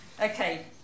Okay